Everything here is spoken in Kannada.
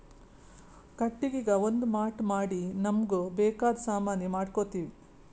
ಕಟ್ಟಿಗಿಗಾ ಒಂದ್ ಮಾಟ್ ಮಾಡಿ ನಮ್ಮ್ಗ್ ಬೇಕಾದ್ ಸಾಮಾನಿ ಮಾಡ್ಕೋತೀವಿ